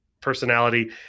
personality